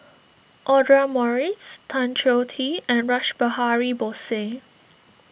Audra Morrice Tan Choh Tee and Rash Behari Bose